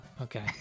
okay